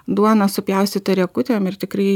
duoną supjaustytą riekutėm ir tikrai